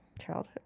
childhood